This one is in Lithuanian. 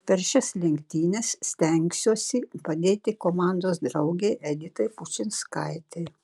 per šias lenktynes stengsiuosi padėti komandos draugei editai pučinskaitei